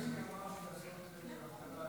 יש סגולה ביין להבדלה.